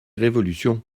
révolutions